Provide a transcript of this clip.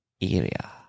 area